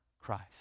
Christ